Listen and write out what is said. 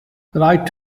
right